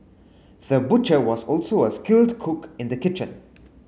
the butcher was also a skilled cook in the kitchen